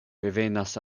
revenas